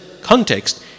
context